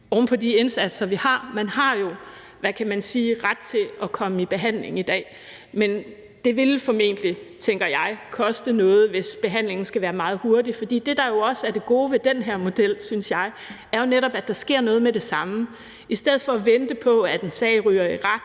ovenpå de indsatser, vi har. Man har jo ret til at komme i behandling i dag, men det vil formentlig, tænker jeg, koste noget, hvis behandlingen skal være meget hurtig. For det, der jo også er det gode ved den her model, synes jeg, er netop, at der sker noget med det samme. Det skal være i stedet for at vente på, at en sag ryger i retten,